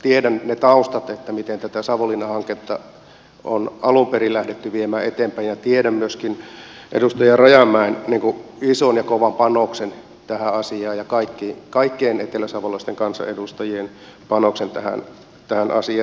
tiedän ne taustat miten tätä savonlinna hanketta on alun perin lähdetty viemään eteenpäin ja tiedän myöskin edustaja rajamäen ison ja kovan panoksen tähän asiaan ja kaikkien eteläsavolaisten kansanedustajien panoksen tähän asiaan